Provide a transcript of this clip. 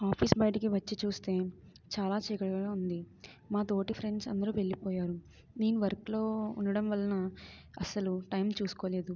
office బయటకు వచ్చి చూస్తే చాలా చీకటిగా ఉంది మా తోటి ఫ్రెండ్స్ అందరూ వెళ్ళిపోయారు మేమ్ వర్క్లో ఉండడం వలన అసలు టైమ్ చూసుకోలేదు